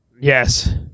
Yes